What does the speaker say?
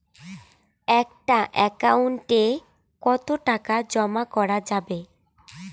একটা একাউন্ট এ কতো টাকা জমা করা যাবে?